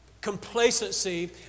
complacency